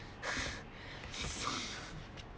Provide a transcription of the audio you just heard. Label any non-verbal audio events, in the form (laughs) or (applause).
(laughs)